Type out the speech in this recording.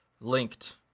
linked